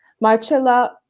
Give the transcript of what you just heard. Marcella